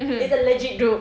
it's a legit group